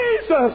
Jesus